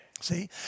See